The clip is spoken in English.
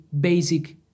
basic